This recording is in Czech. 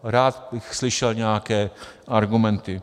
Rád bych slyšel nějaké argumenty.